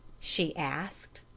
she asked.